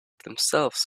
themselves